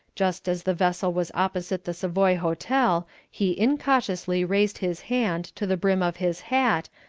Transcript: just as the vessel was opposite the savoy hotel he incautiously raised his hand to the brim of his hat,